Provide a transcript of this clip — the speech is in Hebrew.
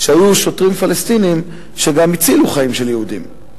שהיו שוטרים פלסטינים שגם הצילו חיים של יהודים.